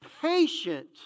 patient